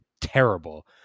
terrible